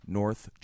north